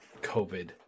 COVID